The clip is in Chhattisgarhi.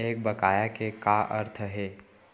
एक बकाया के का अर्थ हे?